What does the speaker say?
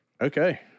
Okay